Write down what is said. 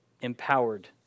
empowered